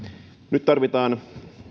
nyt tarvitaan